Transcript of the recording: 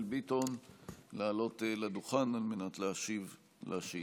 ביטון לעלות לדוכן על מנת להשיב על השאילתה.